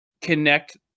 connect